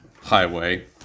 highway